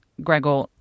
Gregor